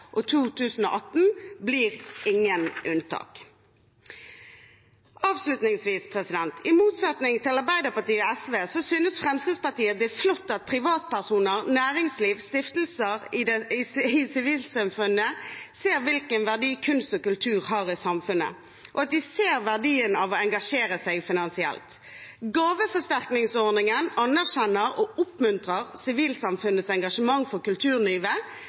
og 2018 blir ikke noe unntak. Avslutningsvis: I motsetning til Arbeiderpartiet og SV synes Fremskrittspartiet det er flott at privatpersoner, næringsliv og stiftelser i sivilsamfunnet ser hvilken verdi kunst og kultur har i samfunnet, og at de ser verdien av å engasjere seg finansielt. Gaveforsterkningsordningen anerkjenner og oppmuntrer sivilsamfunnets engasjement for